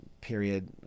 period